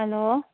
hello